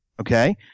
okay